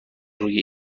روی